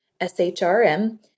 SHRM